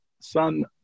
son